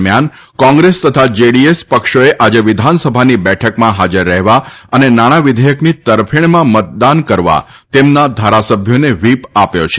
દરમ્યાન કોંગ્રેસ તથા જેડીએસ પક્ષોએ આજે વિધાનસભાની બેઠકમાં હાજર રહેવા અને નાણાં વિઘેયકની તરફેણમાં મતદાન કરવા તેમના ધારાસભ્યોને વ્હીપ આપ્યો છે